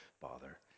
bother